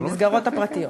במסגרות הפרטיות.